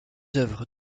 œuvres